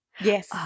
Yes